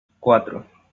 cuatro